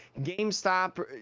GameStop